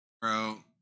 Bro